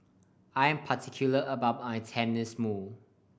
I'm particular about my Tenmusu